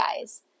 guys